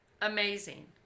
Amazing